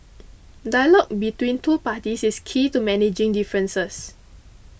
dialogue between two parties is key to managing differences